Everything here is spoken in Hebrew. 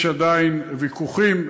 יש עדיין ויכוחים.